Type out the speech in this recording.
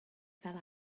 fel